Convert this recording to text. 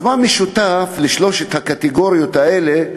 אז מה משותף לשלוש הקטגוריות האלה,